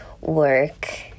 work